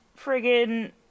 friggin